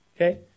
Okay